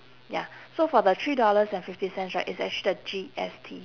ya so for the three dollars and fifty cents right it's actually the G S T